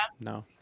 No